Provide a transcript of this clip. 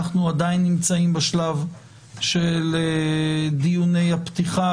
אנחנו עדין נמצאים בשלב של דיוני הפתיחה